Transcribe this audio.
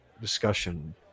discussion